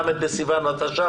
ל' בסיון התש"ף,